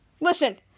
listen